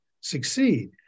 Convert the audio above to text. succeed